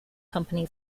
company